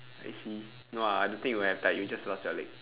I see no ah I don't think you would have died you will just lost your leg